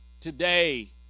today